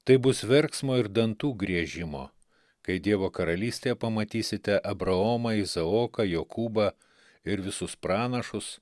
tai bus verksmo ir dantų griežimo kai dievo karalystėje pamatysite abraomą izaoką jokūbą ir visus pranašus